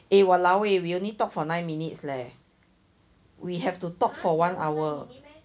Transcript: eh !walao! eh we only talk for nine minutes leh we have to talk for one hour